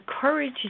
courage